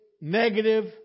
negative